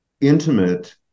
intimate